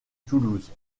toulouse